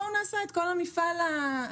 בואו נעשה את כל המפעל ההתיישבותי,